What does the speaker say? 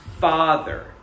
father